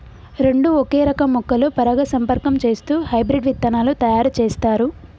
రెండు ఒకే రకం మొక్కలు పరాగసంపర్కం చేస్తూ హైబ్రిడ్ విత్తనాలు తయారు చేస్తారు